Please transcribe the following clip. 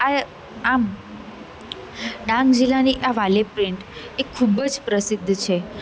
આ આમ ડાંગ જીલ્લાની વારલી પ્રિન્ટ એ ખૂબ જ પ્રસિદ્ધ છે